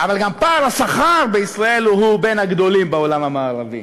אבל גם פער השכר בישראל הוא בין הגדולים בעולם המערבי.